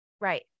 Right